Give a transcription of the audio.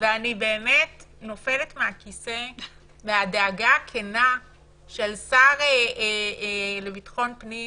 אני נופלת מהכיסא מהדאגה הכנה של השר לביטחון פנים